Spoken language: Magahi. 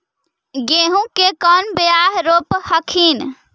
गेहूं के कौन बियाह रोप हखिन?